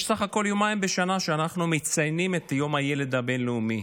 יש בסך הכול יומיים בשנה שאנחנו מציינים את יום הילד הבין-לאומי,